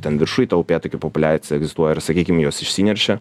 ten viršuj ta upėtakių populiacija egzistuoja ir sakykim jos išsineršia